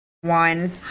One